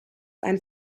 ein